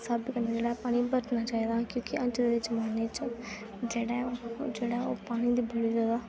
स्हाबै कन्नै जेह्ड़ा पानी बरतना चाहिदा क्योंकि अज्ज दे जमाने च जेह्ड़ा ऐ जेह्ड़ा ओह् पानी दे बड़ी जैदा